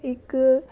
ਇੱਕ